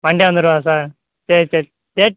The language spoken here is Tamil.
மண்டே வந்தரவா சார் சரி சரி சரி